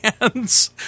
hands